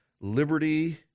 liberty